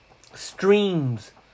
streams